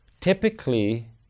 Typically